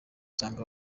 usanga